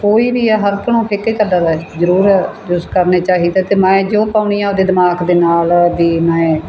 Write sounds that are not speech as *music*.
ਕੋਈ ਵੀ *unintelligible* ਫਿੱਕੇ ਕਲਰ ਜ਼ਰੂਰ ਯੂਜ ਕਰਨੇ ਚਾਹੀਦੇ ਅਤੇ ਮੈਂ ਜੋ ਪਾਉਂਦੀ ਹਾਂ ਆਪਦੇ ਦਿਮਾਗ ਦੇ ਨਾਲ ਵੀ ਮੈਂ